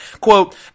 quote